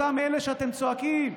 אותם אלה שאתם צועקים,